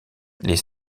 les